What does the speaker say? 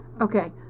Okay